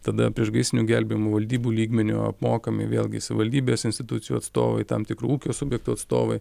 tada priešgaisrinių gelbėjimo valdybų lygmeniu apmokami vėlgi savivaldybės institucijų atstovai tam tikrų ūkio subjektų atstovai